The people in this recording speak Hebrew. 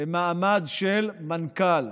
במעמד של מנכ"ל,